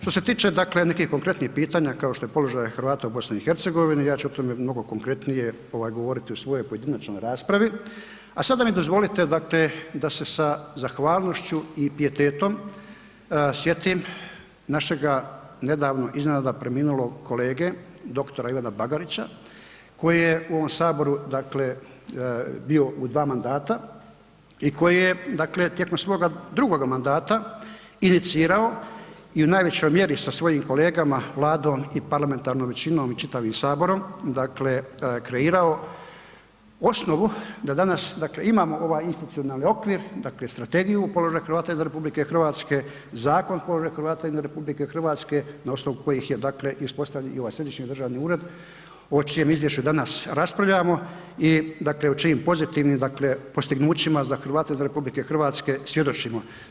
Što se tiče dakle nekih konkretnih pitanja kao što je položaj Hrvata u BiH-u, ja ću o tome mnogo konkretnije govoriti u svojoj pojedinačnoj raspravi a sada mi dozvolite dakle da se sa zahvalnošću i pijetetom sjetim našega nedavno iznenada preminulog kolege dr. Ivana Bagarića koji je u ovom Saboru bio u dva mandata i koji je tijekom svoga drugoga mandata inicirao i u najvećoj mjeri sa svojim kolegama, Vladom i parlamentarnom većinom i čitavim Saborom kreirao osnovu da danas imamo ovaj institucionalni okvir, dakle Strategiju položaj Hrvata izvan RH, Zakon o položaju Hrvata izvan RH na osnovu kojih je i uspostavljen ovaj središnji državni ured o čijem izvješću danas raspravljamo i dakle o čijim pozitivnim postignućima za Hrvate izvan RH svjedočimo.